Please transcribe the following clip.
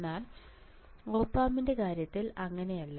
എന്നാൽ op ampൻറെ കാര്യത്തിൽ അങ്ങനെ അല്ല